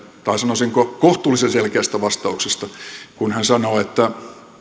tai sanoisinko kohtuullisen selkeästä vastauksesta kun hän sanoi että